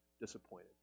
disappointed